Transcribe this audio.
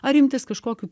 ar imtis kažkokių